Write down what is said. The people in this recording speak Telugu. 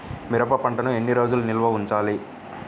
మిరప పంటను ఎన్ని రోజులు నిల్వ ఉంచాలి?